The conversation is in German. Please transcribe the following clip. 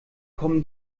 kommen